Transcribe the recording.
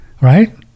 right